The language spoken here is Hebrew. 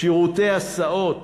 שירותי הסעות,